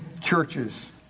churches